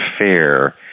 fair